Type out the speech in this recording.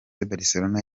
barcelone